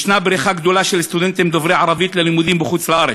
יש בריחה גדולה של סטודנטים דוברי ערבית ללימודים בחוץ-לארץ.